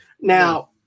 Now